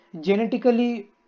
genetically